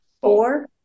Four